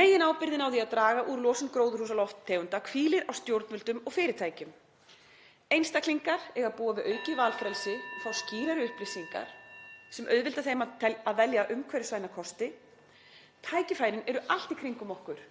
Meginábyrgðin á því að draga úr losun gróðurhúsalofttegunda hvílir á stjórnvöldum og fyrirtækjum. Einstaklingar eiga að búa við aukið valfrelsi, (Forseti hringir.) fá skýrari upplýsingar sem auðvelda þeim að velja umhverfisvæna kosti. Tækifærin eru allt í kringum okkur.